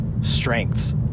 strengths